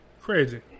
Crazy